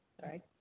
Sorry